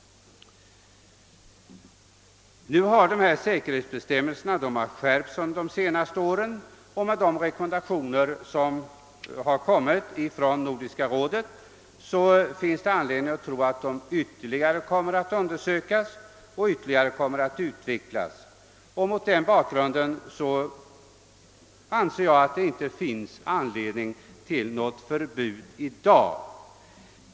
Dessa —- säkerhetsbestämmelser har skärpts under senare år, och med de rekommendationer som kommit från Nordiska rådet finns det anledning att tro att bestämmelserna ytterligare kommer att prövas och skärpas. Mot den bakgrunden anser jag att det inte finns anledning till något förbud i dag.